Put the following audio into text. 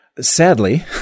sadly